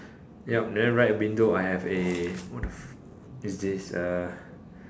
yup then right window I have a what the f~ is this uh